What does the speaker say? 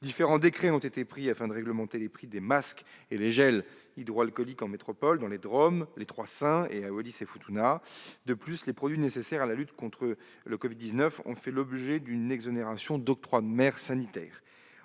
Différents décrets ont été pris, afin de réglementer les prix des masques et les gels hydroalcooliques en métropole, dans les départements-régions d'outre-mer, les DROM, les trois Saintes et à Wallis-et-Futuna. De plus, les produits nécessaires à la lutte contre la covid-19 ont fait l'objet d'une exonération d'octroi de mer sanitaire.